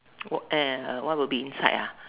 what uh what will be inside ah